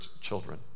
children